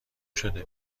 شده